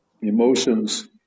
Emotions